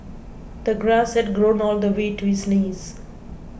the grass had grown all the way to his knees